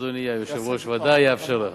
אדוני היושב-ראש ודאי יאפשר לך.